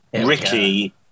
Ricky